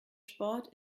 sport